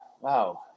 wow